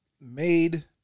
made